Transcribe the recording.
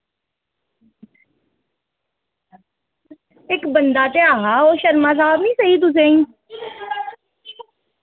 इक्क बंदा ते ऐहा ओह् शर्मा साहब निं सेही तुसेंगी